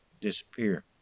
disappear